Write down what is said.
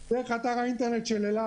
דרך אתר האינטרנט של אל-על.